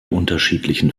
unterschiedlichen